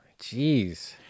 Jeez